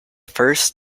first